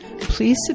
Please